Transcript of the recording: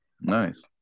Nice